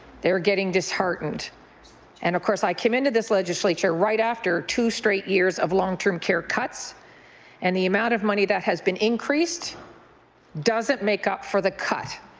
they're getting disheartened and of course i come into in legislature right after two straight years of long-term care cuts and the amount of money that has been increased doesn't make up for the cut.